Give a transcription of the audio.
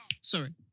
Sorry